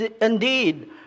indeed